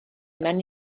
mewn